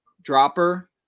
dropper